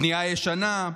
בנייה ישנה,